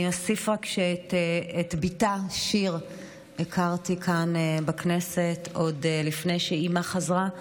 אני אוסיף רק שאת בתה שיר הכרתי כאן בכנסת עוד לפני שאימה חזרה.